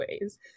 ways